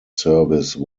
service